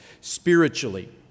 spiritually